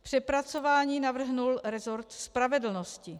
Přepracování navrhl rezort spravedlnosti.